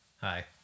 Hi